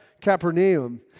Capernaum